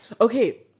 Okay